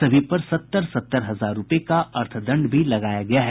सभी पर सत्तर सत्तर हजार रूपये का अर्थदंड भी लगाया गया है